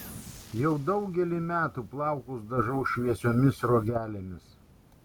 jau daugelį metų plaukus dažau šviesiomis sruogelėmis